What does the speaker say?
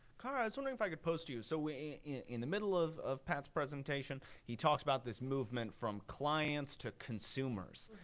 kara, i was wondering if i can pose to you so in the middle of of pat's presentation, he talks about this movement from clients to consumers.